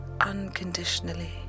unconditionally